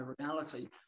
reality